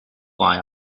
fly